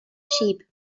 sheep